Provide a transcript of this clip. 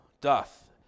doth